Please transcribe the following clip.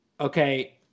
okay